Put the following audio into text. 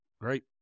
great